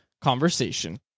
Conversation